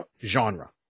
genre